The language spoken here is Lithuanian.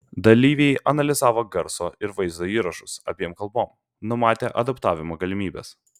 dalyviai analizavo garso ir vaizdo įrašus abiem kalbom numatė adaptavimo galimybes